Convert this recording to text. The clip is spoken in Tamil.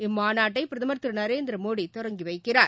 இம்மாநாட்டை பிரதமர் திருநரேந்திரமோடி தொடங்கிவைக்கிறார்